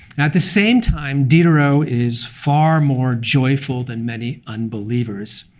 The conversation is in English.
at the same time, diderot is far more joyful than many unbelievers.